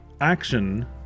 action